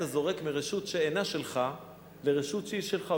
זורק מרשות שאינה שלך לרשות שהיא שלך?